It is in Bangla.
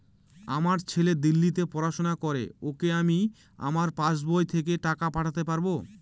আমার ছেলে দিল্লীতে পড়াশোনা করে ওকে কি আমি আমার পাসবই থেকে টাকা পাঠাতে পারব?